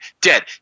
Dead